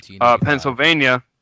Pennsylvania